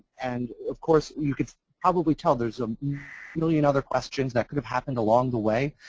and of course you can probably tell there's a million other questions that could have happened along the way.